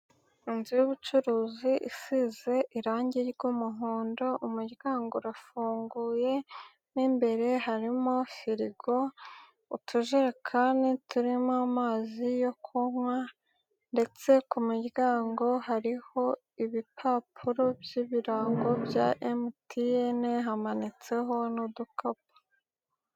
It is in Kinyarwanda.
Inzu y'ubucuruzi, isize irangi ry'umuhondo, umuryango urafunguy mo imbere harimo firigo, utujerekani turimo amazi yo kunywa ndetse ku muryango hariho ibipapuro by'ibirango bya MTN, hamanitseho n'udukapu.